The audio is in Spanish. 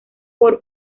por